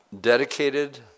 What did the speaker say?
dedicated